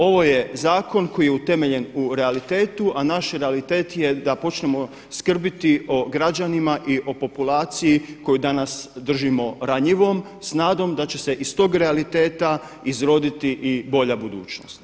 Ovo je zakon koji je utemeljen u realitetu a naš realitet je da počnemo skrbiti o građanima i o populaciji koju danas držimo ranjivom s nadom da će se iz tog realiteta izroditi i bolja budućnost.